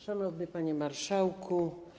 Szanowny Panie Marszałku!